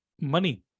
money